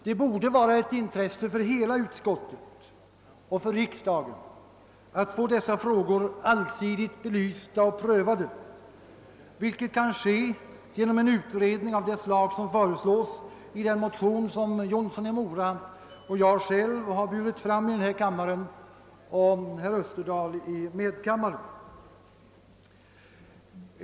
Det borde vara ett: intresse för hela utskottet och för riksdagen att få dessa frågor allsidigt belysta och prövade, vilket kan ske genom en utredning av det slag som föreslås i det motionspar som:i denna kammare: burits fram av herr Jonsson i Mora och mig själv samt i medkammaren av herr Österdahl.